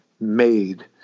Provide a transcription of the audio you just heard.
made